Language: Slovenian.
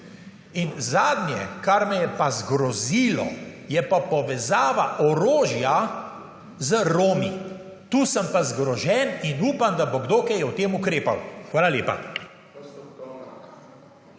In zadnje kar me je pa zgrozilo je pa povezava orožja z Romi. Tu sem pa zgrožen in upam, da bo kdo kaj o tem ukrepal. Hvala lepa.